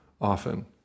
often